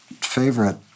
favorite